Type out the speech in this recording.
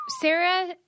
Sarah